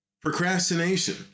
Procrastination